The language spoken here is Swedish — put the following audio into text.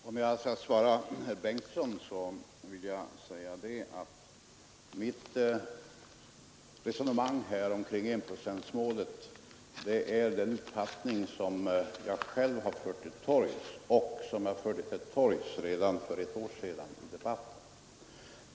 Herr talman! Till herr Bengtson vill jag säga att mitt resonemang här kring enprocentsmålet motsvarar den uppfattning som jag själv har fört till torgs och som jag fört till torgs redan för ett år sedan i debatten.